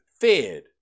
fed